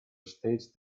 staged